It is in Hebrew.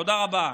תודה רבה.